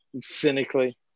cynically